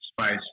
Spice